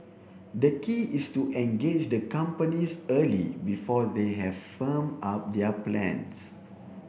the key is to engage the companies early before they have firmed up their plans